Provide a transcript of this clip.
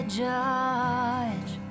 judge